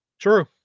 True